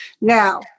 Now